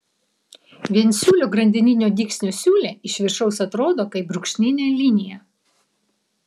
viensiūlio grandininio dygsnio siūlė iš viršaus atrodo kaip brūkšninė linija